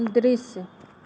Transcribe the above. दृश्य